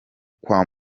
kwa